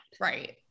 Right